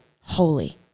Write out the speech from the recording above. holy